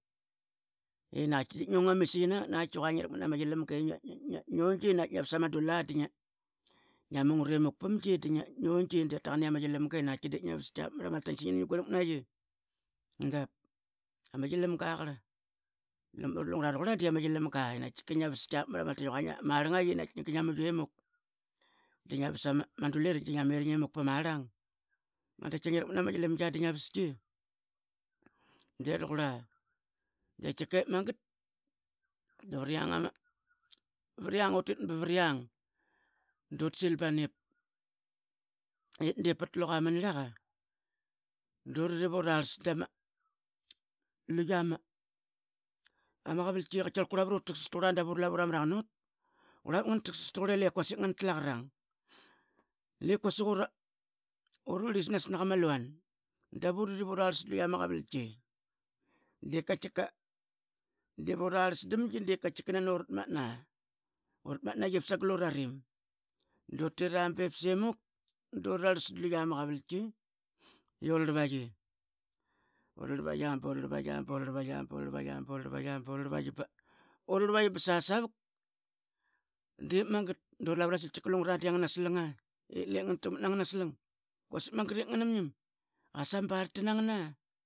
Nakatki di ngiong ama misaiqi nangat. Ngla vas ama dula di ngia mungat imuk pam gi da ngiongi ama yilamga qarl. Priang dura sil bana it dip pat luqa ma nirlaqa durit ivu rarlas dama luia ma qavalki i katkiakar qurla ura taksas tauqurla tap urlava ta maraqan ut. Rurla ngna tasas tauqurla i lep quasik ngna tlu aqarang lep quasik ura rurlisnas naqa ma luan dap urit urarls da lua ma qavalki. I katkika dip urarls damgi di katkika nani uratmatna urmatnaiqi sagal ura rim, utira bip semik durarlas dlu ia ma qavalki ura rlavaiql bu rarlavaiql bu rarlavaiql bu varlavaiql bu rarlavaiql ba ura rlavaiql ba sasavuk. Dip magat du ralavu ra sil tkika lungra di a ngna slanga. Dip lep ngna takmat na ngna slang quasik magat ip ngna mingiam qasa ma barlta nangan a.